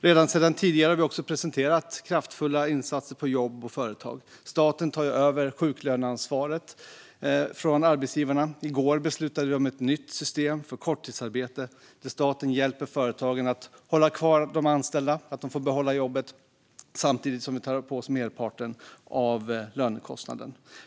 Redan tidigare har vi presenterat kraftfulla insatser för jobb och företag. Staten tar över sjuklöneansvaret från arbetsgivarna. I går beslutade vi om ett nytt system för korttidsarbete, där staten hjälper företagen att hålla kvar de anställda genom att vi tar på oss merparten av lönekostnaden.